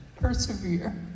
persevere